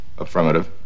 Affirmative